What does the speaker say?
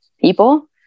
people